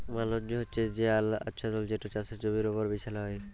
mulch হছে সে আচ্ছাদল যেট চাষের জমির উপর বিছাল হ্যয়